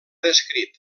descrit